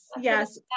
Yes